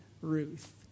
Ruth